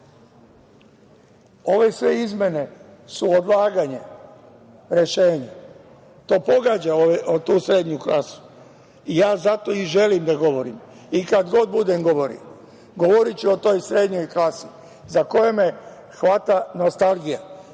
sve izmene su odlaganje odlaganje rešenja. To pogađa tu srednju klasu. Ja zato i želim da govorim i kada god budem govorio govoriću o toj srednjoj klasi za koju me hvata nostalgija,